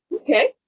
Okay